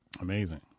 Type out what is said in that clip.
Amazing